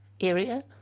area